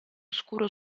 scuro